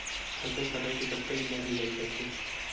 फसल कटाई के कतका दिन बाद मिजाई करथे?